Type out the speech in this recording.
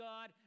God